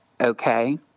okay